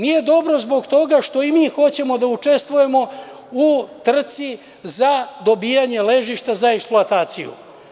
Nije dobro zbog toga što i mi hoćemo da učestvujemo u trci za dobijanje ležišta za eksploataciju.